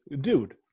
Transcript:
dude